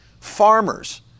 farmers